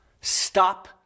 stop